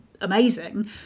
amazing